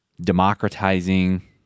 democratizing